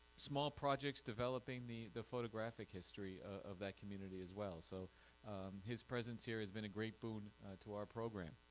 small projects developing the the photographic history of that community as well so his presence here has been a great boon to our program.